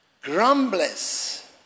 Grumblers